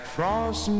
Frost